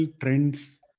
trends